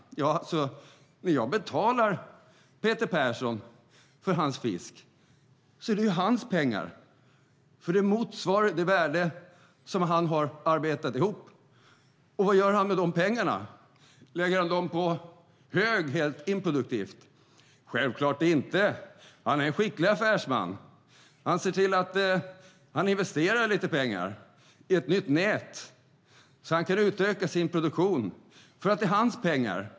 När jag betalar Peter Persson för hans fisk är det hans pengar, för pengarna motsvarar ju det värde som han har arbetat ihop. Vad gör han med de pengarna? Lägger han dem på hög helt improduktivt? Självklart inte. Han är en skicklig affärsman och ser till att investera lite pengar i ett nytt nät så att han kan utöka sin produktion. Det är nämligen hans pengar.